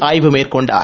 ஆய்வு மேற்கொண்டார்